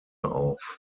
auf